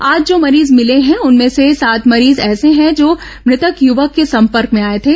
आज जो मरीज मिले हैं उनमें से सात मरीज ऐसे हैं जो मृतक युवक के संपर्क में आए थे